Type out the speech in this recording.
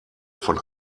von